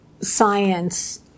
science